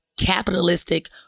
capitalistic